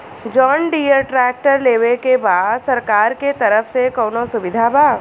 John Deere tractor लेवे के बा सरकार के तरफ से कौनो सुविधा बा?